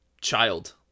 child